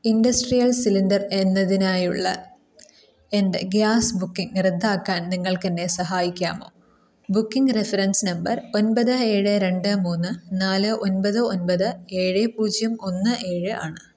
industrial cylinder എന്നതിനായുള്ള എൻ്റെ gas booking റദ്ദാക്കാൻ നിങ്ങൾക്ക് എന്നെ സഹായിക്കാമോ ബുക്കിംഗ് റഫറൻസ് നമ്പർ ഒൻപത് ഏഴ് രണ്ട് മൂന്ന് നാല് ഒൻപത് ഒൻപത് ഏഴ് പൂജ്യം ഒന്ന് ഏഴ് ആണ്